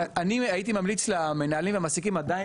אני הייתי ממליץ למנהלים ולמעסיקים עדיין